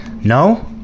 No